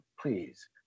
Please